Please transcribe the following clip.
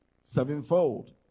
sevenfold